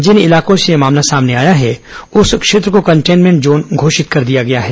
जिन इलाकों से यह मामला सामने आया है उस क्षेत्र को कंटेन्मेंट जोन घोषित कर दिया गया है